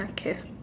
I care